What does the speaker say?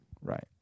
Right